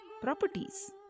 properties